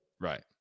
Right